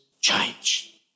change